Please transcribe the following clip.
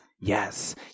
Yes